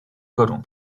各种